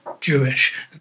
Jewish